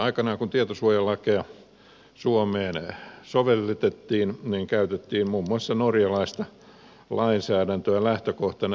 aikanaan kun tietosuojalakeja suomeen sovelletettiin käytettiin muun muassa norjalaista lainsäädäntöä lähtökohtana